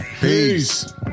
peace